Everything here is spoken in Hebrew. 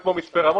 וכמו מצפה רמון,